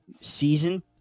season